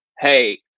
hey